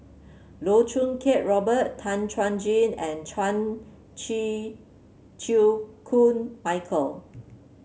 Loh Choo Kiat Robert Tan Chuan Jin and Chan Chew Koon Michael